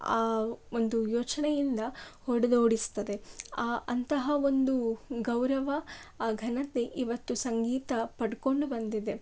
ಆ ಒಂದು ಯೋಚನೆಯಿಂದ ಹೊಡೆದೋಡಿಸ್ತದೆ ಆ ಅಂತಹ ಒಂದು ಗೌರವ ಆ ಘನತೆ ಇವತ್ತು ಸಂಗೀತ ಪಡ್ಕೊಂಡು ಬಂದಿದೆ